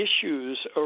issues